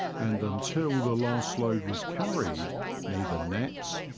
and until the last load was carried neither nets,